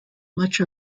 much